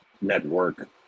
Network